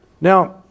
Now